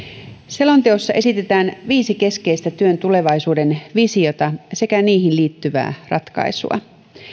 selonteossa esitetään viisi keskeistä työn tulevaisuuden visiota sekä niihin liittyvää ratkaisua